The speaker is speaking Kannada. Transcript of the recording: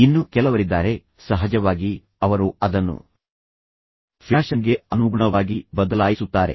ಇನ್ನು ಕೆಲವರಿದ್ದಾರೆ ಸಹಜವಾಗಿ ಅವರು ಅದನ್ನು ಫ್ಯಾಷನ್ಗೆ ಅನುಗುಣವಾಗಿ ಬದಲಾಯಿಸುತ್ತಾರೆ